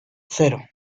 cero